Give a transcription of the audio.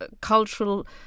cultural